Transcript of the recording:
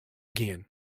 gean